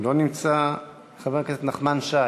אינו נמצא, חבר הכנסת נחמן שי,